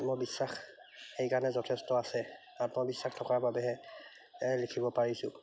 আত্মবিশ্বাস সেইকাৰণে যথেষ্ট আছে আত্মবিশ্বাস থকাৰ বাবেহে লিখিব পাৰিছোঁ